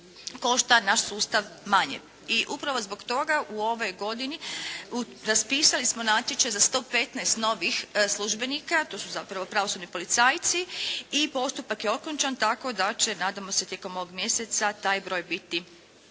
košta naš sustav manje. I upravo zbog toga u ovoj godini raspisali smo natječaj za 115 novih službenika, to su zapravo pravosudni policajci i postupak je okončan tako da će nadamo se tijekom ovog mjeseca taj broj biti